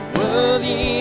worthy